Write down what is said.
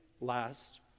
last